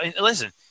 listen